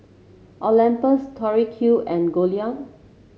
Olympus Tori Q and Goldlion